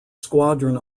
squadron